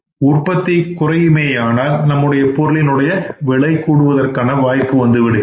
உற்பத்தி குறையும் மேயானால் நம்முடைய பொருளின் விலை கூடும்